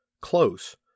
Close